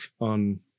on